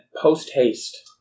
post-haste